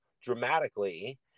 dramatically